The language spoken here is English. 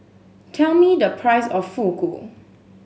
tell me the price of Fugu